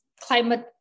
climate